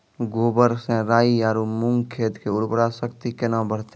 गोबर से राई आरु मूंग खेत के उर्वरा शक्ति केना बढते?